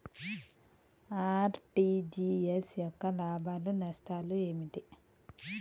RTGS యొక్క లాభాలు నష్టాలు ఏమిటి?